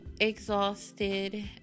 exhausted